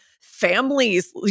families